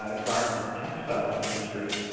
ah garment and textile industry.